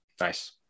nice